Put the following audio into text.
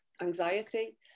anxiety